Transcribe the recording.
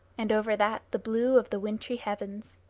and over that the blue of the wintry heavens.